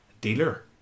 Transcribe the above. dealer